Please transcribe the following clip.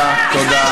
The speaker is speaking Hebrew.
חבר'ה, תודה, תודה.